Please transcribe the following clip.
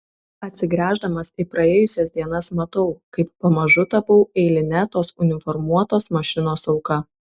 atsigręždamas į praėjusias dienas matau kaip pamažu tapau eiline tos uniformuotos mašinos auka